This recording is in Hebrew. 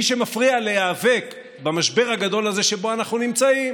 מי שמפריע להיאבק במשבר הגדול הזה שבו אנחנו נמצאים,